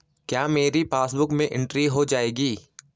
क्या मेरी पासबुक में एंट्री हो जाएगी?